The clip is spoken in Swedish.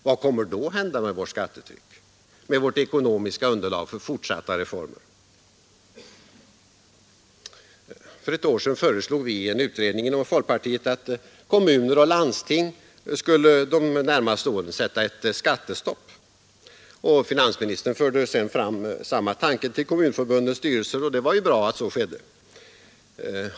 Vad kommer då att hända med vårt skattetryck? Med vårt ekonomiska underlag för fortsatta reformer? För ett år sedan föreslog vi i en utredning inom folkpartiet att kommuner och landsting skulle för de närmaste åren sätta ett skattestopp. Finansministern framförde sedan samma tanke i kommunförbundens styrelser, och det var ju bra att så skedde.